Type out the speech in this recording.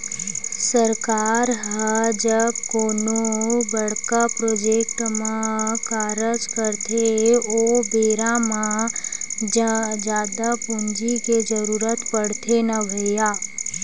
सरकार ह जब कोनो बड़का प्रोजेक्ट म कारज करथे ओ बेरा म जादा पूंजी के जरुरत पड़थे न भैइया